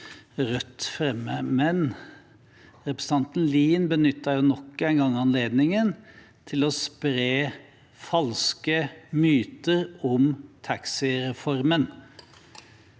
Men representanten Lien benytter nok en gang anledningen til å spre falske myter om taxireformen.